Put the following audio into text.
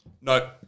No